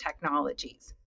technologies